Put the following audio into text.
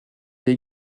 les